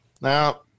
Now